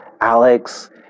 Alex